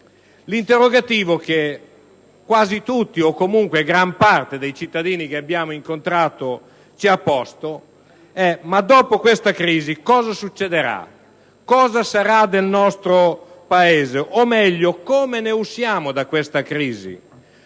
L'interrogativo che quasi tutti o comunque gran parte dei cittadini che abbiamo incontrato ci ha posto è cosa succederà dopo questa crisi, cosa sarà del nostro Paese, o meglio, come usciamo da questa crisi,